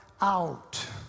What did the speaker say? Out